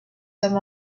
them